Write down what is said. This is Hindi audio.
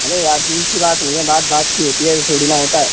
अरे यार दूर की बात नहीं है बात बात की होती है ऐसे थोड़ी ना होता है